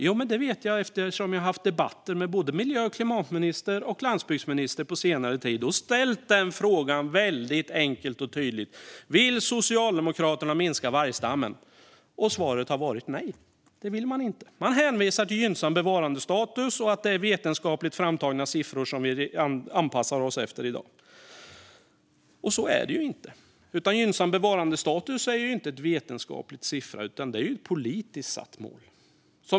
Jo, det vet jag eftersom jag har haft debatter med både klimat och miljöministern och landsbygdsministern på senare tid och ställt frågan väldigt enkelt och tydligt: Vill Socialdemokraterna minska vargstammen? Svaret har varit nej - det vill man inte. Man hänvisar till gynnsam bevarandestatus och till att det är vetenskapligt framtagna siffror som vi anpassar oss efter i dag. Så är det inte. Siffran för gynnsam bevarandestatus är inte vetenskaplig, utan det är ett politiskt satt mål.